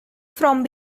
from